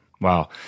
Wow